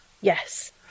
yes